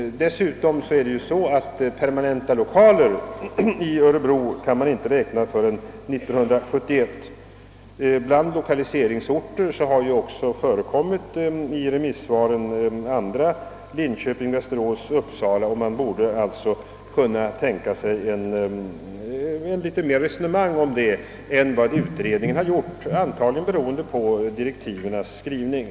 Dessutom kan man inte räkna med permanenta lokaler i Örebro förrän 1971. Som lokaliseringsort har också i remissvaren nämnts andra städer än Örebro, bl.a. Linköping, Västerås och Uppsala. En diskussion om lokaliseringsorten borde alltså ha kunnat komma i fråga. Att utredningen inte tagit upp en sådan beror tydligen på direktivens utformning.